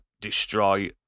destroy